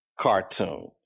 cartoon